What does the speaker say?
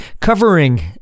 covering